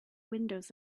windows